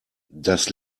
das